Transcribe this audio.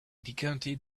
decanted